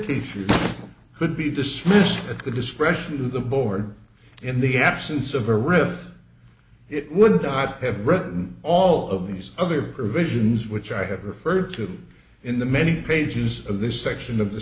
teachers could be dismissed at the discretion to the board in the absence of a real it would not have written all of these other provisions which i have referred to in the many pages of this section of the